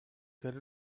good